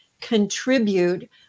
contribute